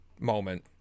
moment